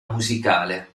musicale